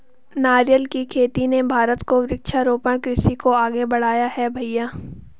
नारियल की खेती ने भारत को वृक्षारोपण कृषि को आगे बढ़ाया है भईया